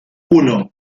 uno